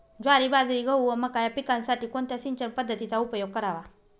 ज्वारी, बाजरी, गहू व मका या पिकांसाठी कोणत्या सिंचन पद्धतीचा उपयोग करावा?